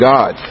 God